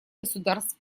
государств